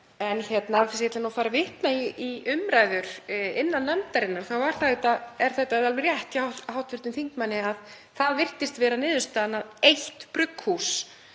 En án þess að ég ætli að fara að vitna í umræður innan nefndarinnar er alveg rétt hjá hv. þingmanni að það virtist vera niðurstaðan að eitt brugghús